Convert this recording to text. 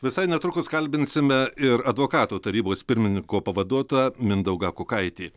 visai netrukus kalbinsime ir advokatų tarybos pirmininko pavaduotoją mindaugą kukaitį